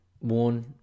worn